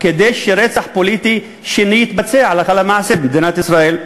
כדי שרצח פוליטי שני יתבצע הלכה למעשה במדינת ישראל.